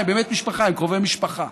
הם באמת משפחה, הם קרובי משפחה.